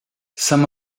some